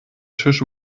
tisch